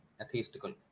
atheistical